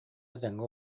этэҥҥэ